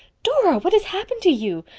dora, what has happened to you?